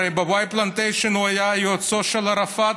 הרי בוואי פלנטיישן הוא היה יועצו של ערפאת,